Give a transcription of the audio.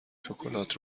شکلات